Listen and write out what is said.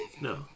No